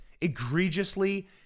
egregiously